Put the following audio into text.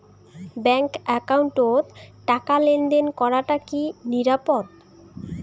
Bank একাউন্টত টাকা লেনদেন করাটা কি নিরাপদ?